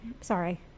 sorry